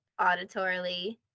auditorily